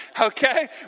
Okay